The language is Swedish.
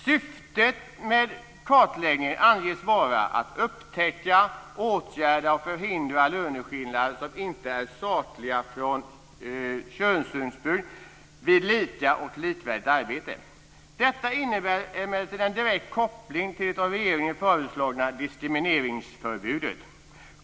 Syftet med kartläggningen anges vara att upptäcka, åtgärda och förhindra löneskillnader som inte är sakliga från könssynpunkt vid lika och likvärdigt arbete. Detta innebär emellertid en direkt koppling till det av regeringen föreslagna diskrimineringsförbudet.